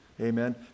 Amen